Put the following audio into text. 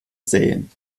sähen